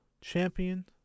champion